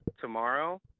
tomorrow